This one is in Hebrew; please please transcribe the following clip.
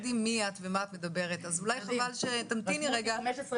וכשאתה בונה מדיניות אתה לא בונה חלילה על האחד